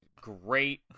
great